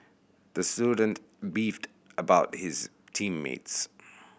the student beefed about his team mates